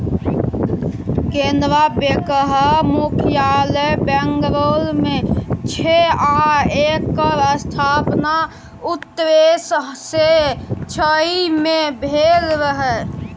कैनरा बैकक मुख्यालय बंगलौर मे छै आ एकर स्थापना उन्नैस सँ छइ मे भेल रहय